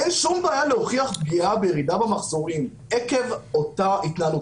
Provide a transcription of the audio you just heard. אין שום בעיה להוכיח פגיעה וירידה במחזורים עקב אותה התנהלות.